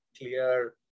clear